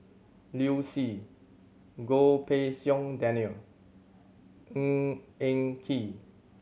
Liu Si Goh Pei Siong Daniel Ng Eng Kee